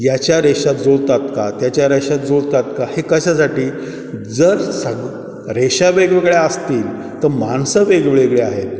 याच्या रेषा जुळतात का त्याच्या रेषा जुळतात का हे कशासाठी जर सग रेषा वेगवेगळ्या असतील तर माणसं वेगवेगळे आहेत